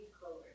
clover